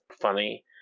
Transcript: funny